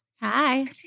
Hi